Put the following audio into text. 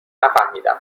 نفهمیدم